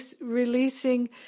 releasing